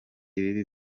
ibibi